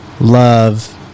love